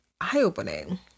eye-opening